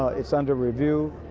ah it's under review.